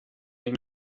den